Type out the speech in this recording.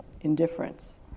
indifference